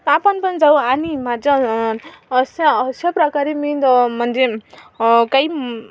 आपण पण जाऊ आणि माझ्या अशा अशा प्रकारे मी म्हणजे काही